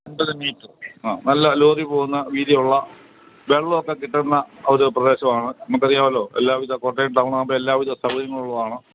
അമ്പത് മീറ്റർ ആ നല്ല ലോറി പോകുന്ന വീതിയുള്ള വെള്ളമൊക്കെ കിട്ടുന്ന ഒരു പ്രദേശമാണ് നമുക്കറിയാമല്ലോ എല്ലാവിധ കോട്ടയം ടൗണാകുമ്പോള് എല്ലാവിധ സൗകര്യങ്ങളുമുള്ളതാണ്